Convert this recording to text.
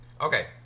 Okay